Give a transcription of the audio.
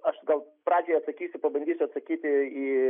aš gal pradžiai atsakysiu pabandysiu atsakyti į